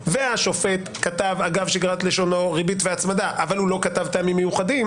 והשופט כתב אגב שגרת לשונו ריבית והצמדה אבל הוא לא כתב טעמים מיוחדים,